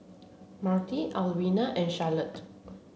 Marti Alwina and Charolette